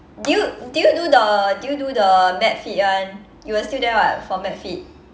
did you did you do the did you do the metfit one you were still there [what] for metfit